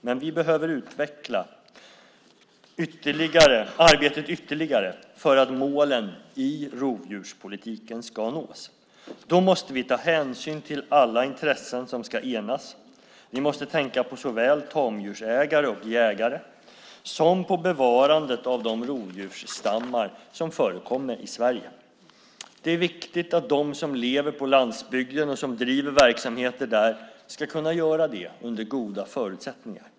Men vi behöver utveckla arbetet ytterligare för att målen i rovdjurspolitiken ska nås. Då måste vi ta hänsyn till alla intressen som ska enas. Vi måste tänka på såväl tamdjursägare och jägare som bevarandet av de rovdjursstammar som förekommer i Sverige. Det är viktigt att de som lever på landsbygden och som driver verksamheter där ska kunna göra detta under goda förutsättningar.